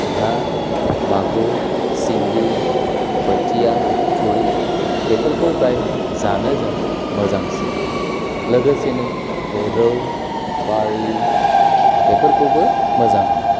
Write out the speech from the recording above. ना मागुर सिंगि बोथिया थुरि बेफोरखौ फ्राय जानो जों मोजांसिन मोनो लोगोसेनो बे रौ बारलि बेफोरखौबो मोजां मोनो